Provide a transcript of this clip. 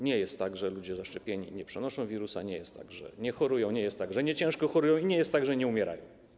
Nie jest tak, że ludzie zaszczepieni nie przenoszą wirusa, nie jest tak, że nie chorują, nie jest tak, że nie chorują ciężko, nie jest tak, że nie umierają.